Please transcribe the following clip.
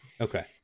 Okay